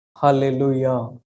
Hallelujah